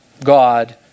God